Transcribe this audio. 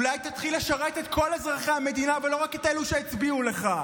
אולי תתחיל לשרת את כל אזרחי המדינה ולא רק את אלה שהצביעו לך.